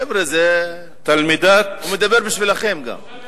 חבר'ה, הוא מדבר גם בשבילכם.